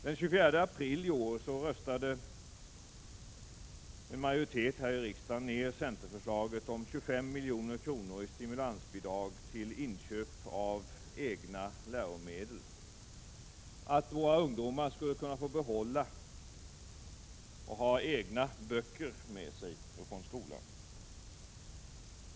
Den 24 april i år röstade en majoritet här i riksdagen ned centerförslaget om 25 milj.kr. i stimulansbidrag till inköp av egna läromedel, så att våra ungdomar skulle kunna få behålla och ha egna böcker med sig från skolan.